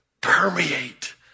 permeate